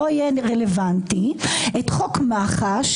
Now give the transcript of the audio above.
לא יהיה רלוונטי; את חוק מח"ש,